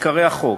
עיקרי החוק: